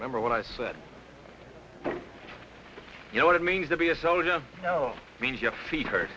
member what i said you know what it means to be a soldier no means your feet hurt